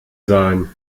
sein